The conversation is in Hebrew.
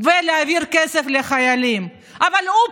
ולהעביר כסף לחיילים, אבל אופס,